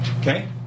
Okay